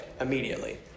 immediately